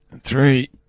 Three